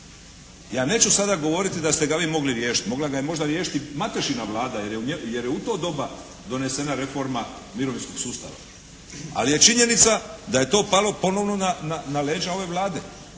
Ja neću sada govoriti da ste ga vi mogli riješiti, mogla ga je možda riješiti Matešina Vlada jer je u to doba donesena reforma mirovinskog sustava, ali je činjenica da je to palo ponovno na leđa ove Vlade.